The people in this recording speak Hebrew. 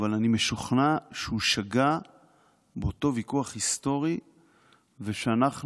אבל אני משוכנע שהוא שגה באותו ויכוח היסטורי ושאנחנו